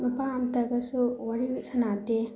ꯅꯨꯄꯥ ꯑꯝꯇꯒꯁꯨ ꯋꯥꯔꯤ ꯁꯥꯟꯅꯗꯦ